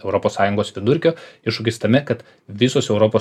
europos sąjungos vidurkio iššūkis tame kad visos europos